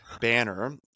banner